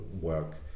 work